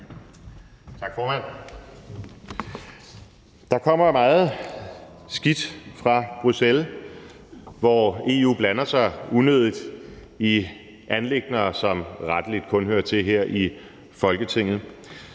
Tak, formand. Der kommer meget skidt fra Bruxelles, hvor EU blander sig unødigt i anliggender, som rettelig kun hører til her i Folketinget,